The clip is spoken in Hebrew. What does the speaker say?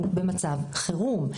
אבל אנחנו במצב חירום.